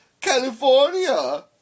California